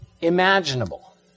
imaginable